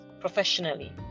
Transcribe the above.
professionally